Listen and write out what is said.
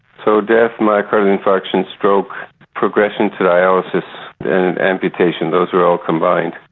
so death, myocardial infarctions, stroke, progression to dialysis and amputation, those were all combined.